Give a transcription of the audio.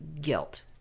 guilt